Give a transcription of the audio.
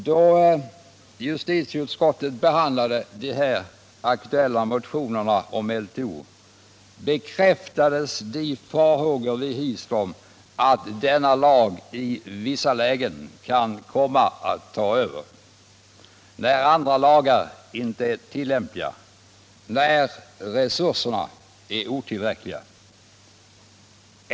Då justitieutskottet behandlade de här aktuella motionerna om LTO bekräftades de farhågor vi hyst om att denna lag i vissa lägen kan komma att ta över — när andra lagar inte är tillämpliga, när resurserna är otillräckliga.